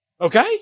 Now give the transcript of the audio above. Okay